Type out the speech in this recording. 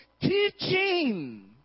Teaching